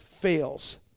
fails